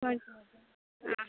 ആ